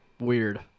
weird